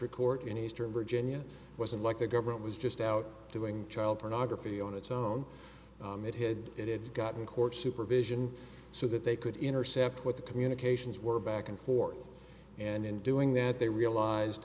district court in eastern virginia wasn't like the government was just out doing child pornography on its own it had it had gotten court supervision so that they could intercept what the communications were back and forth and in doing that they realized